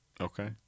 Okay